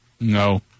No